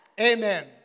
Amen